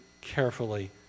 carefully